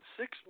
six